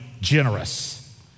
generous